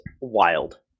wild